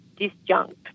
disjunct